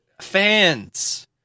fans